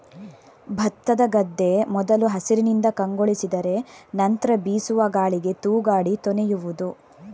ಭತ್ತದ ಗದ್ದೆ ಮೊದಲು ಹಸಿರಿನಿಂದ ಕಂಗೊಳಿಸಿದರೆ ನಂತ್ರ ಬೀಸುವ ಗಾಳಿಗೆ ತೂಗಾಡಿ ತೊನೆಯುವುದು